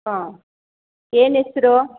ಹಾಂ ಏನು ಹೆಸ್ರು